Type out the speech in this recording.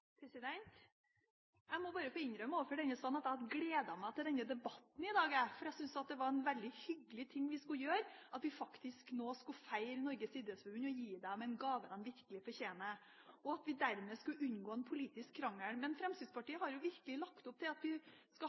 dag, for jeg syntes det var en veldig hyggelig ting vi skulle gjøre. Vi skulle nå faktisk feire Norges idrettsforbund og gi dem en gave de virkelig fortjener, og vi skulle dermed unngå en politisk krangel. Men Fremskrittspartiet har virkelig lagt opp til at vi skal